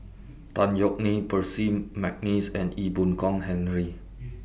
Tan Yeok Nee Percy Mcneice and Ee Boon Kong Henry